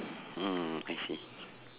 mm I see